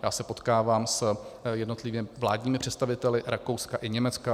Já se potkávám s jednotlivými vládními představiteli Rakouska i Německa.